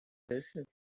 desert